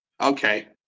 Okay